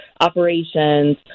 operations